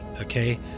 Okay